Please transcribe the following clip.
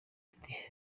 ati